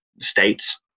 states